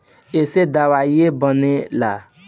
ऐइसे दवाइयो बनेला